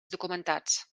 documentats